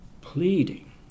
pleading